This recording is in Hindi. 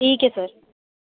ठीक है सर